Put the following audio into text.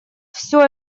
все